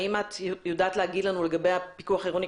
האם את יודעת להגיד לנו לגבי הפיקוח העירוני,